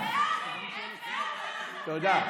תודה.